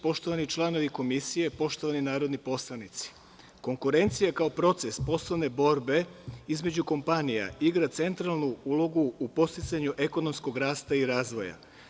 Poštovani članovi Komisije, poštovani narodni poslanici, konkurencija je kao proces poslovne borbe između kompanija igra centralnu ulogu u podsticanju ekonomskog rasta i razvoja.